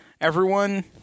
Everyone-